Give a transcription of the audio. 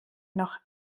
noch